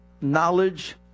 knowledge